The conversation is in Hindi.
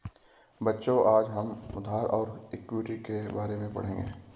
बच्चों आज हम उधार और इक्विटी के बारे में पढ़ेंगे